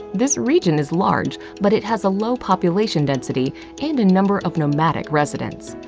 this region is large, but it has a low population density and a number of nomadic residents.